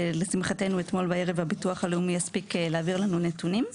ולשמחתנו אתמול בערב הביטוח הלאומי הסכים להעביר לנו נתונים.